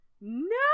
no